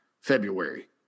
February